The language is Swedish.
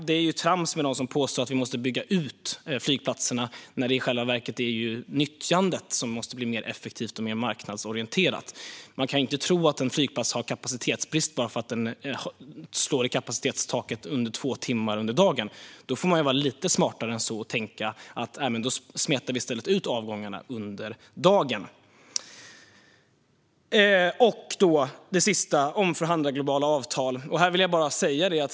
Det är trams att påstå att vi måste bygga ut flygplatserna när det i själva verket är nyttjandet som måste bli mer effektivt och mer marknadsorienterat. Man kan inte tro att en flygplats har kapacitetsbrist bara för att den slår i kapacitetstaket under två timmar om dagen. Man får vara lite smartare än så och tänka: Då smetar vi i stället ut avgångarna under dagen. Det sista handlar om att omförhandla globala avtal.